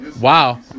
Wow